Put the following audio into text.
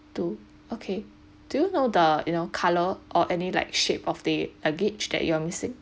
two okay do you know the you know color or any like shape of the luggage that you're missing